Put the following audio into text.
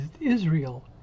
Israel